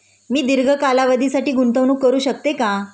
मी दीर्घ कालावधीसाठी गुंतवणूक करू शकते का?